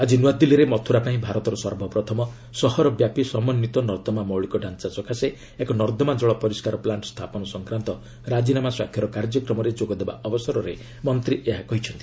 ଆଜି ନୂଆଦିଲ୍ଲୀରେ ମଥୁରା ପାଇଁ ଭାରତର ସର୍ବପ୍ରଥମ ସହରବ୍ୟାପୀ ସମନ୍ୱିତ ନର୍ଦ୍ଦମା ମୌଳିକ ଢାଞ୍ଚା ସକାଶେ ଏକ ନର୍ଦ୍ଦମା ଜଳ ପରିସ୍କାର ପ୍ଲାଷ୍ଟ ସ୍ଥାପନ ସଂକ୍ରାନ୍ତ ରାଜିନାମା ସ୍ୱାକ୍ଷର କାର୍ଯ୍ୟକ୍ରମରେ ଯୋଗଦେବା ଅବସରରେ ମନ୍ତ୍ରୀ ଏହା କହିଛନ୍ତି